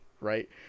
Right